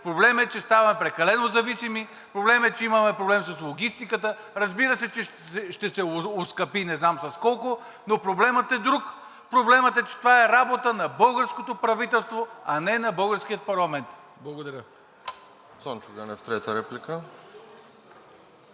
Проблем е, че ставаме прекалено зависими, проблем е, че имаме проблем с логистиката. Разбира се, че ще се оскъпи, не знам с колко, но проблемът е друг – проблемът е, че това е работа на българското правителство, а не на българския парламент. Благодаря.